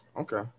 Okay